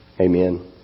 Amen